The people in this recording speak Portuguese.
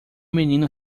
menino